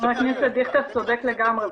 חבר הכנסת דיכטר צודק לגמרי,